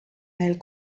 neil